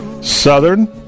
Southern